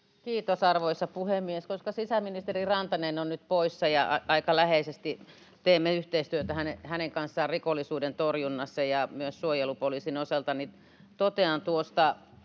Kiitos, arvoisa puhemies! Koska sisäministeri Rantanen on nyt poissa ja aika läheisesti teemme yhteistyötä hänen kanssaan rikollisuuden torjunnassa ja myös suojelupoliisin osalta, niin totean,